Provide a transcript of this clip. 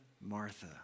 Martha